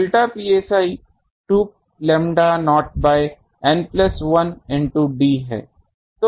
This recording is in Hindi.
Delta psi 2 lambda naught by N plus 1 into d है